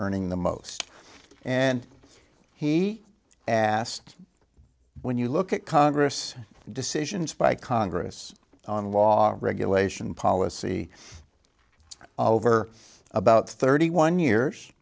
earning the most and he asked when you look at congress decisions by congress on law regulation policy over about thirty one years